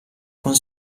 con